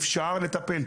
אפשר לטפל.